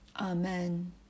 Amen